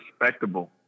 respectable